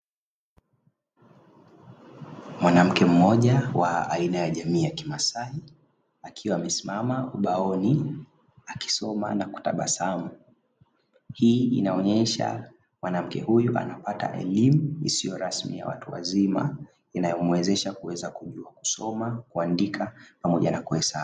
Mwanamke mmoja wa aina ya jamii ya kimasai akiwa amesimama ubaoni akisoma na kutabasamu, hii inaonyesha mwanamke huyu anapata elimu isiyo rasmi ya watu wazima inayomwezesha kuweza kusoma, kuandika pamoja na kuhesabu.